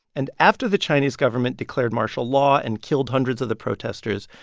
and after the chinese government declared martial law and killed hundreds of the protesters,